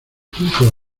quinto